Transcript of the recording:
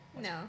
No